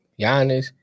Giannis